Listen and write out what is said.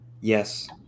Yes